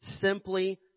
simply